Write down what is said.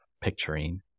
picturing